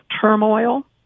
turmoil